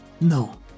No